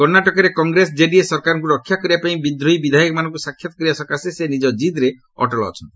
କର୍ଣ୍ଣାଟକରେ କଂଗ୍ରେସ ଜେଡିଏସ୍ ସରକାରକୁ ରକ୍ଷା କରିବାପାଇଁ ବିଦ୍ରୋହୀ ବିଧାୟକମାନଙ୍କୁ ସାକ୍ଷାତ୍ କରିବାପାଇଁ ସେ ନିଜ ଜିଦ୍ରେ ଅଟଳ ଅଛନ୍ତି